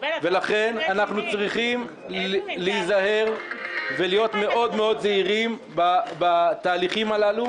ולכן אנחנו צריכים להיזהר מאוד בתהליכים האלה,